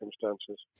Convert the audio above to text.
circumstances